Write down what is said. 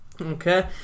Okay